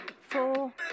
Four